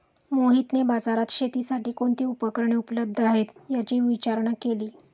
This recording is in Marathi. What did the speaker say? मोहितने बाजारात शेतीसाठी कोणती उपकरणे उपलब्ध आहेत, याची विचारणा केली